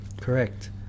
Correct